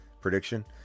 prediction